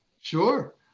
Sure